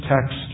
text